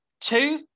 Two